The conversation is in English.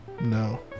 no